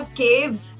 caves